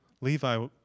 Levi